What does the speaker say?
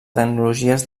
tecnologies